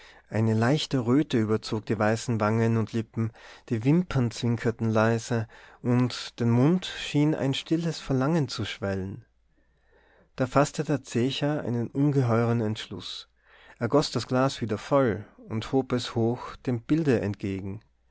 eine leichte röte überzog die weißen wangen und lippen die wimpern zwinkerten leise und den mund schien ein stilles verlangen zu schwellen da faßte der zecher einen ungeheueren entschluß er goß das glas wieder voll und hob es hoch dem bilde entgegen